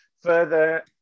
further